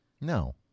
No